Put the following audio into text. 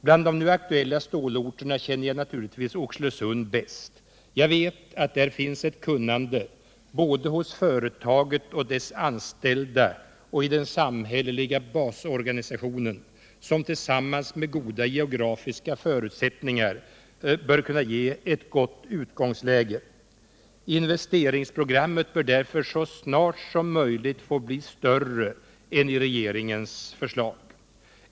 Bland de nu aktuella stålorterna känner jag naturligtvis Oxelösund bäst. Jag vet att där finns ett omfattande kunnande, både hos företaget och dess anställda och i den samhälleliga basorganisationen, som tillsammans med goda geografiska förutsättningar bör kunna ge ett gott utgångsläge. Investeringsprogrammet bör därför så snart som möjligt få göras större än i regeringens förslag.